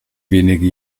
wenige